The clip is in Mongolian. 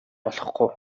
болохгүй